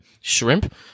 Shrimp